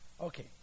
Okay